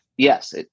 Yes